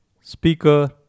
speaker